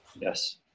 Yes